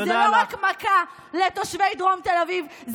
כי זה לא רק מכה לתושבי דרום תל אביב,